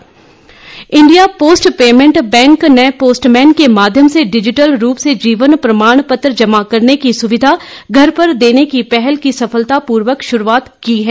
डाक विभाग India post payments bank ने पोस्टमैन के माध्यम से डिजिटल रूप से जीवन प्रमाण पत्र जमा करने की सुविधा घर पर देने की पहल की सफलता पूर्वक शुरूआत की है